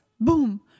boom